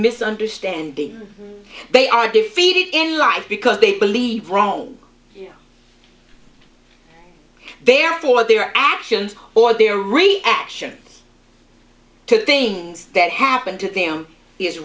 misunderstanding they are defeated in life because they believe rome they are for their actions or their reaction two things that happen to them is